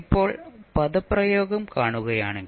ഇപ്പോൾ പദപ്രയോഗം കാണുകയാണെങ്കിൽ